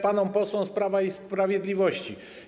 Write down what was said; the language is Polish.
panom posłom z Prawa i Sprawiedliwości.